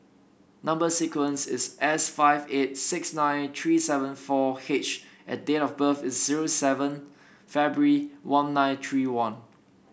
number sequence is S five eight six nine three seven four H and date of birth is zero seven February one nine three one